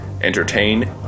entertain